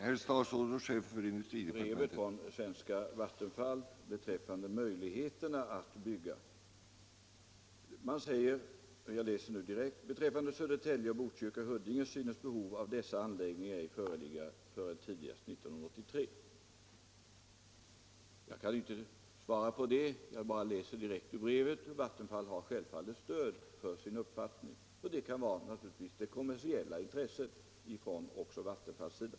Herr talman! Jag skall bara läsa upp ur brevet från Vattenfall beträffande möjligheterna att bygga. Man skriver: ”Beträffande Södertälje och Bot kyrka/Huddinge synes behov av dessa anläggningar ej föreligga förrän tidigast 1983.” Jag kan inte bedöma den saken. Jag bara läser direkt ur brevet, men Vattenfall har självfallet stöd för sin uppfattning. Det kan naturligtvis föreligga kommersiella intressen även från Vattenfalls sida.